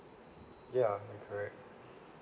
ya you're correct